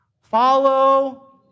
follow